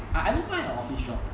I I don't mind a office job